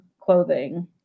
clothing